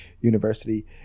university